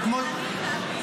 שלי טל מירון.